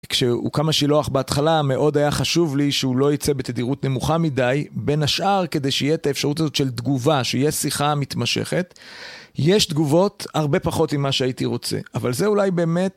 כשהוקם השילוח בהתחלה, מאוד היה חשוב לי שהוא לא יצא בתדירות נמוכה מדי, בין השאר, כדי שיהיה את האפשרות הזאת של תגובה, שיהיה שיחה מתמשכת. יש תגובות, הרבה פחות ממה שהייתי רוצה, אבל זה אולי באמת...